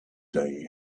day